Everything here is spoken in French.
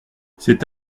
cet